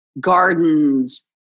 gardens